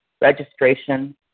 Registration